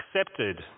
accepted